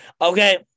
Okay